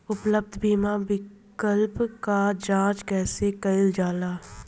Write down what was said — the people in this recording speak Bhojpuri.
उपलब्ध बीमा विकल्प क जांच कैसे कइल जाला?